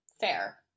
Fair